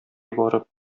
барып